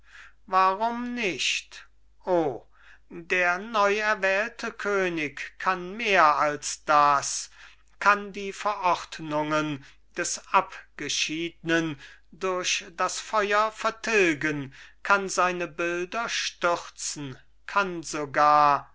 warum nicht o der neu erwählte könig kann mehr als das kann die verordnungen des abgeschiednen durch das feur vertilgen kann seine bilder stürzen kann sogar